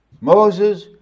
Moses